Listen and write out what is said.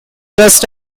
just